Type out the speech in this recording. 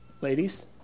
Ladies